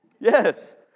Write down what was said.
yes